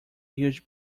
huge